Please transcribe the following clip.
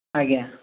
ଆଜ୍ଞା